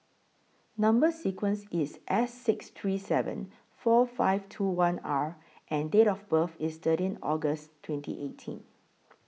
Number sequence IS S six three seven four five two one R and Date of birth IS thirteen August twenty eighteen